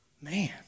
Man